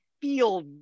feel